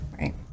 right